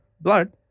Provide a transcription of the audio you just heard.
blood